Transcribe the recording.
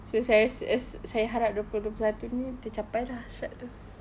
so saya as~ as~ saya harap dua puluh dua puluh satu ini tercapai lah hasrat itu